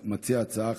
מציע ההצעה,